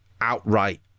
outright